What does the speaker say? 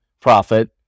profit